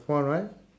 correct